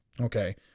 Okay